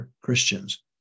christians